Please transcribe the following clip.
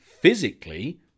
physically